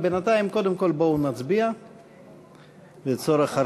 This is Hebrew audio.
אבל בינתיים, קודם כול, בואו נצביע לצורך הרשמה.